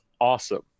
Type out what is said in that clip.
awesome